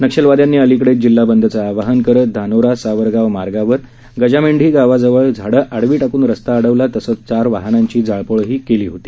नक्षलवादयांनी अलिकडेच जिल्हा बंदचं आवाहन करत धानोरा सावरगाव मार्गावर गजामेंढी गावाजवळ झाडं आडवी टाकून रस्ता अडवला तसच चार वाहनांची जाळपोळही केली होती